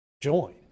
join